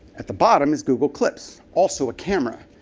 at the bottom is google clips, also a camera.